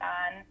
on